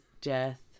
death